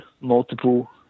multiple